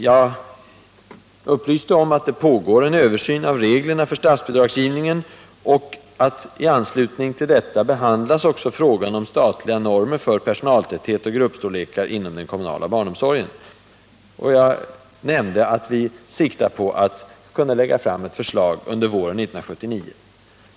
Jag upplyste där om att det pågår en översyn av reglerna för statsbidragsgivningen och att, i anslutning till denna översyn, frågan om statliga normer för personaltäthet och gruppstorlekar inom den kommunala barnomsorgen behandlas. Jag nämnde att vi siktar på att lägga fram ett förslag under våren 1979.